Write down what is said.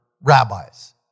rabbis